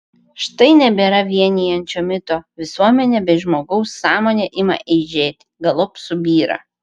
štai nebėra vienijančio mito visuomenė bei žmogaus sąmonė ima eižėti galop subyra